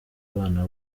abana